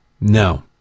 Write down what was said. no